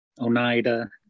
Oneida